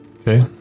Okay